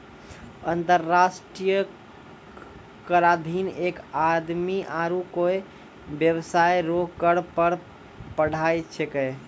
अंतर्राष्ट्रीय कराधीन एक आदमी आरू कोय बेबसाय रो कर पर पढ़ाय छैकै